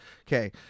Okay